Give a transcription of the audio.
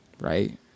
Right